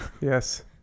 Yes